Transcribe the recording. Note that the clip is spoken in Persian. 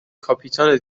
کاپیتان